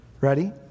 Ready